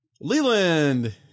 Leland